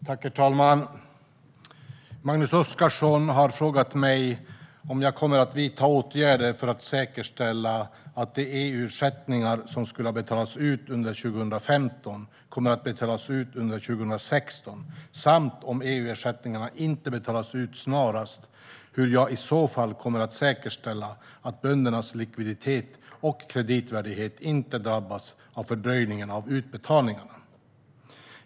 Svar på interpellationer Herr talman! Magnus Oscarsson har frågat mig om jag kommer att vidta åtgärder för att säkerställa att de EU-ersättningar som skulle ha betalats ut under 2015 kommer att betalas ut under 2016 samt om EU-ersättningarna inte betalas ut snarast, hur jag i så fall kommer att säkerställa att böndernas likviditet och kreditvärdighet inte drabbas av fördröjningen av utbetalningarna.